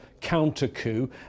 counter-coup